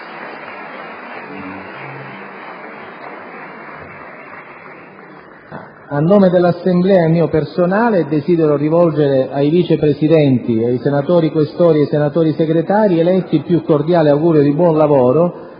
A nome dell’Assemblea e mio personale, desidero rivolgere ai Vice Presidenti, ai senatori Questori e ai senatori Segretari eletti il piucordiale augurio di buon lavoro,